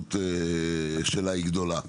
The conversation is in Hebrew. החשיבות שלה היא גדולה.